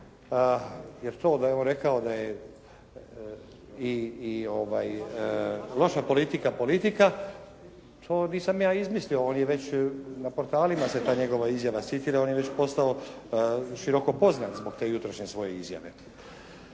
jer to da je rekao da je i loša politika politika, to nisam ja izmislio, on je već na portalima se ta njega izjava citira, on je već postao široko poznat zbog te jutrošnje svoje izjave.